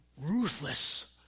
ruthless